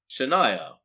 Shania